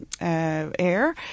air